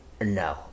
No